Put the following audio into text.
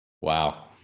Wow